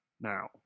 Now